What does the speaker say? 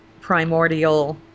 primordial